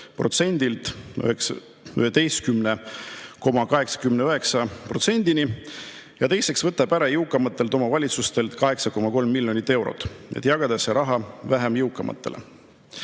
ja teiseks võtab jõukamatelt omavalitsustelt ära 8,3 miljonit eurot, et jagada see raha vähem jõukatele.